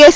S